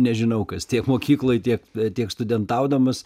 nežinau kas tiek mokykloj tiek tiek studentaudamas